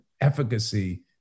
efficacy